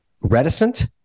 reticent